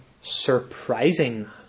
surprising